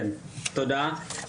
תודה,